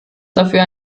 dafür